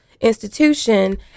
institution